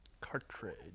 Cartridge